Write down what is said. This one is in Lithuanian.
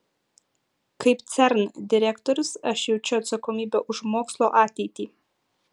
kaip cern direktorius aš jaučiu atsakomybę už mokslo ateitį